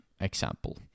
example